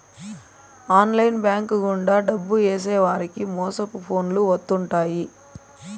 online bank గుండా డబ్బు ఏసేవారికి మోసపు ఫోన్లు వత్తుంటాయి